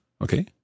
Okay